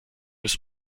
des